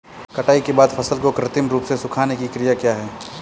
कटाई के बाद फसल को कृत्रिम रूप से सुखाने की क्रिया क्या है?